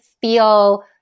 feel